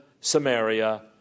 Samaria